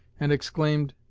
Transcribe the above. and exclaimed,